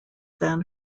than